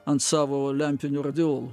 ant savo lempinių radiolų